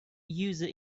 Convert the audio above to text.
user